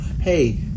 hey